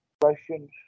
questions